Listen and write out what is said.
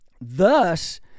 Thus